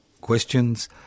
questions